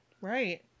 right